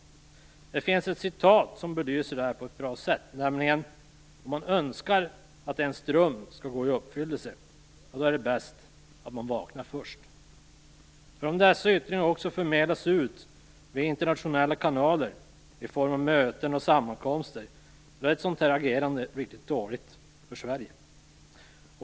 Det finns ett talesätt som belyser detta på ett bra sätt: Om man önskar att ens dröm skall gå i uppfyllelse är det bäst att man vaknar först. Om dessa yttringar också förmedlas vidare via internationella kanaler i form av möten och sammankomster är ett sådant agerande riktigt dåligt för Sverige.